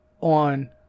on